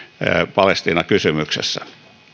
palestiina kysymyksessä